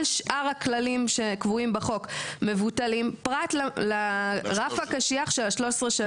כל שאר הכללים שקבועים בחוק מבוטלים פרט לרף הקשיח של ה-13 שנים.